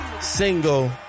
single